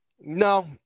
No